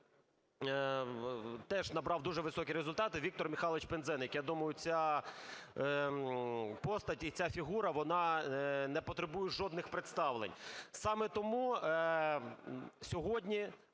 теж набрав дуже високі результати, Віктор Михайлович Пинзеник. Я думаю, ця постать і ця фігура, вона не потребує жодних представлень. Саме тому сьогодні